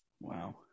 Wow